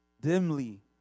dimly